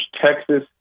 Texas